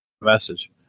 Message